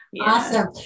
awesome